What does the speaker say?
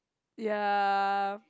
ya